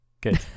Good